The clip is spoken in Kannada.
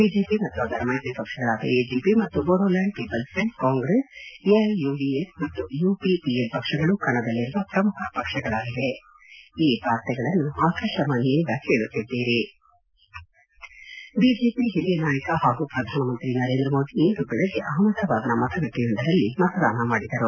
ಬಿಜೆಪಿ ಮತ್ತು ಅದರ ಮೈತ್ರಿಪಕ್ಷಗಳಾದ ಎಜಿಪಿ ಮತ್ತು Bodoland people's front Congress AIUDF ಮತ್ತು ಯುಪಿಪಿಎಲ್ ಪಕ್ಷಗಳು ಕಣದಲ್ಲಿರುವ ಪ್ರಮುಖ ಪಕ್ಷಗಳಾಗಿವೆ ಬಿಜೆಪಿ ಹಿರಿಯ ನಾಯಕ ಹಾಗೂ ಪ್ರಧಾನಮಂತ್ರಿ ನರೇಂದ್ರ ಮೋದಿ ಇಂದು ಬೆಳಗ್ಗೆ ಅಹಮಾದಾಬಾದ್ನ ಮತಗಟ್ಟೆಯೊಂದರಲ್ಲಿ ಮತದಾನ ಮಾದಿದರು